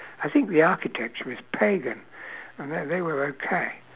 I think the architecture was pagan and they they were okay